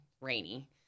rainy